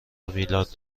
میلاد